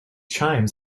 chimes